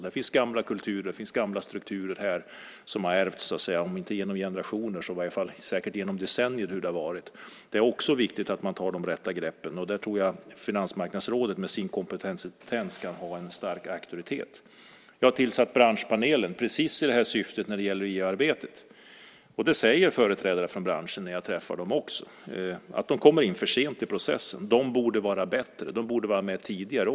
Det finns gamla kulturer och gamla strukturer som har ärvts, om inte genom generationer så i alla fall genom decennier. Det är också viktigt att man tar de rätta greppen där, och där tror jag att Finansmarknadsrådet med sin kompetens ska ha en stark auktoritet. Jag har tillsatt Branschpanelen i precis det syftet när det gäller EU-arbetet. Företrädare för branschen säger också att de kommer in för sent i processen. De borde vara med tidigare.